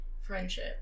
Friendship